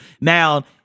now